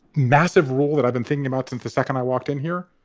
massive rule that i've been thinking about since the second i walked in here.